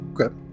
Okay